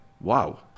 wow